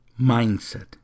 Mindset